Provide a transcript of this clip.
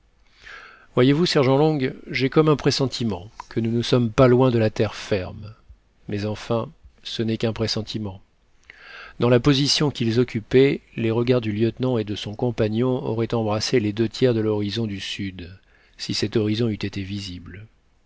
voyez-vous sergent long j'ai comme un pressentiment que nous ne sommes pas loin de la terre ferme mais enfin ce n'est qu'un pressentiment dans la position qu'ils occupaient les regards du lieutenant et de son compagnon auraient embrassé les deux tiers de l'horizon du sud si cet horizon eût été visible